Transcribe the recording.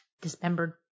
dismembered